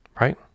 Right